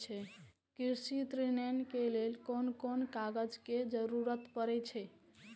कृषि ऋण के लेल कोन कोन कागज के जरुरत परे छै?